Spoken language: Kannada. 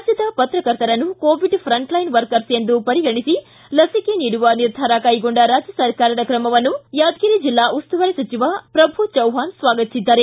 ರಾಜ್ಯದ ಪತ್ರಕರ್ತರನ್ನು ಕೋವಿಡ್ ಫ್ರಂಟ್ಲೈನ್ ವರ್ಕರ್ಸ್ ಎಂದು ಪರಿಗಣಿಸಿ ಲಸಿಕೆ ನೀಡುವ ನಿರ್ಧಾರ ಕೈಗೊಂಡ ರಾಜ್ಯ ಸರ್ಕಾರದ ಕ್ರಮವನ್ನು ಯಾದಗಿರಿ ಜಿಲ್ಲಾ ಉಸ್ತುವಾರಿ ಸಚಿವ ಪ್ರಭು ಚವ್ಹಾಣ್ ಸ್ವಾಗತಿಸಿದ್ದಾರೆ